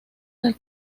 del